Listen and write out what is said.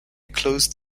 close